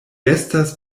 estas